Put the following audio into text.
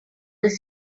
this